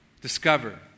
discover